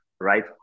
right